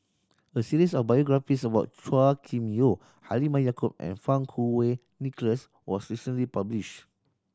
a series of biographies about Chua Kim Yeow Halimah Yacob and Fang Kuo Wei Nicholas was recently publishe